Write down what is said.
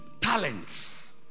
talents